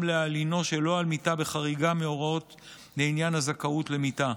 גם להלינו שלא על מיטה בחריגה מהוראות לעניין הזכאות למיטה.